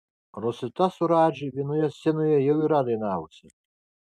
rosita su radži vienoje scenoje jau yra dainavusi